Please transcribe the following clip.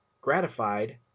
gratified